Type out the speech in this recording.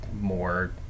more